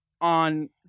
on